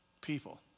People